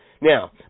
Now